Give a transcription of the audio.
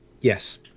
Yes